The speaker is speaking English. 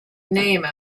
name